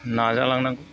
नाजालांनांगौ